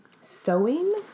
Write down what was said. Sewing